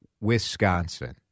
Wisconsin